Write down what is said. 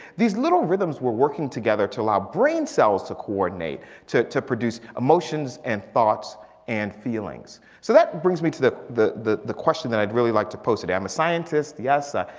these little rhythms were working together to allow brain cells to coordinate to to produce emotions and thoughts and feelings. so that brings me to the the question that i'd really like to pose today. i'm a scientist, yes. ah